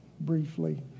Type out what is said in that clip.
briefly